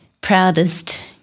proudest